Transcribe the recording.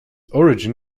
origin